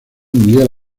miguel